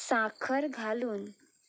साखर घालून